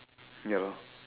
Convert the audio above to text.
ya lor